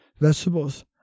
vegetables